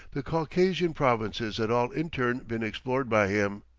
the caucasian provinces had all in turn been explored by him.